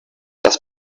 das